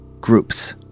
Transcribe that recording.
groups